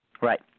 Right